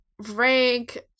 rank